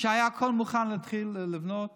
שהיה הכול מוכן להתחיל לבנות